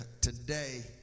today